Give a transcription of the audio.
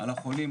על החולים,